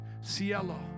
Cielo